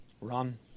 Run